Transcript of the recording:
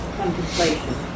contemplation